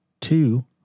two